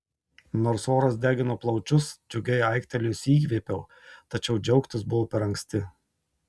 nors oras degino plaučius džiugiai aiktelėjusi įkvėpiau tačiau džiaugtis buvo per anksti